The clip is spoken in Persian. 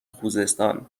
خوزستان